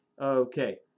Okay